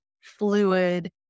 fluid